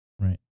Right